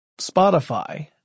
Spotify